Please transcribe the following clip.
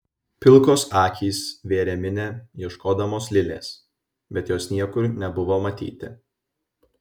pilkos akys vėrė minią ieškodamos lilės bet jos niekur nebuvo matyti